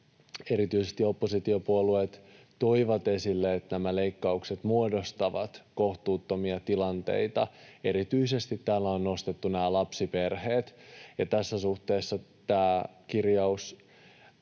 erityisesti oppositiopuolueet toivat esille, että nämä leikkaukset muodostavat kohtuuttomia tilanteita. Erityisesti täällä on nostettu lapsiperheet, ja tässä suhteessa tämä kirjaus